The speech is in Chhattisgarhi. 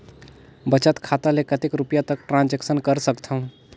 बचत खाता ले कतेक रुपिया तक ट्रांजेक्शन कर सकथव?